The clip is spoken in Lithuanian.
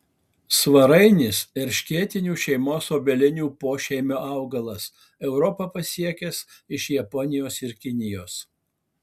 svarainis erškėtinių šeimos obelinių pošeimio augalas europą pasiekęs iš japonijos ir kinijos